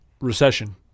recession